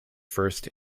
first